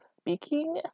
speaking